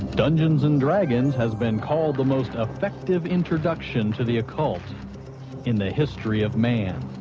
dungeons and dragons has been called the most effective introduction to the occult in the history of man.